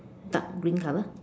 dark green color